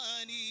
money